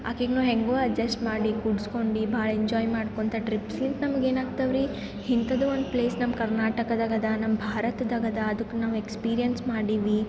ಆಕಿಗು ಹೆಂಗೋ ಅಜ್ಜಸ್ಟ್ ಮಾಡಿ ಕೂಡ್ಸ್ಕೊಂಡು ಭಾಳ ಎಂಜಾಯ್ ಮಾಡ್ಕೊತ ಟ್ರಿಪ್ಸ್ಗಿಂತ ನಮ್ಗೆ ಏನಾಗ್ತವ್ರಿ ಇಂಥದು ಒಂದು ಪ್ಲೇಸ್ ನಮ್ಮ ಕರ್ನಾಟಕದಾಗ ಅದ ನಮ್ಮ ಭಾರತದಾಗ ಅದ ಅದಕ್ಕೆ ನಾವು ಎಕ್ಸ್ಪೀರಿಯನ್ಸ್ ಮಾಡೀವಿ